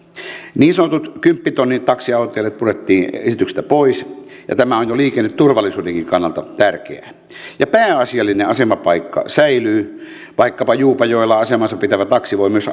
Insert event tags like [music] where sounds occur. niin sanotut kymppitonnin taksiautoilijat purettiin esityksestä pois ja tämä on jo liikenneturvallisuudenkin kannalta tärkeää pääasiallinen asemapaikka säilyy vaikkapa juupajoella asemaansa pitävä taksi voi silti ajaa myös [unintelligible]